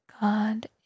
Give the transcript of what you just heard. God